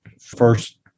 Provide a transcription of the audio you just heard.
first